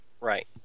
right